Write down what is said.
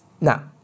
Now